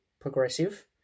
progressive